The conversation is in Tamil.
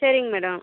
சரிங்க மேடம்